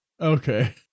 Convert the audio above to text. Okay